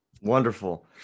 Wonderful